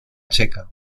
checa